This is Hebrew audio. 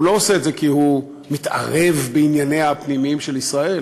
הוא לא עושה את זה כי הוא מתערב בענייניה הפנימיים של ישראל,